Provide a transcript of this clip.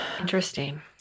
Interesting